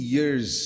years